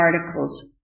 articles